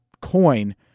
coin